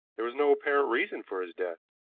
there was no apparent reason for his death.